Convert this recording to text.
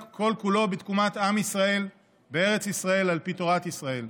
כל-כולו בתקומת עם ישראל בארץ ישראל על פי תורת ישראל.